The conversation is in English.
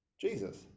Jesus